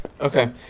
Okay